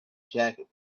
jacket